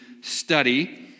study